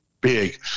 big